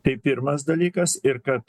tai pirmas dalykas ir kad